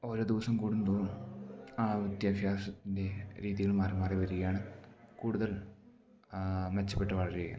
ഓരോ ദിവസം കൂടും തോറും ആ വിദ്യാഭ്യാസത്തിൻ്റെ രീതികൾ മാറി മാറി വരികയാണ് കൂടുതൽ മെച്ചപ്പെട്ട് വളരുകയാണ്